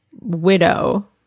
widow